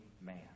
man